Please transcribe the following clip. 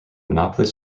monopoly